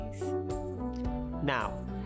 Now